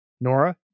Nora